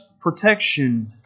protection